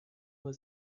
nur